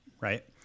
right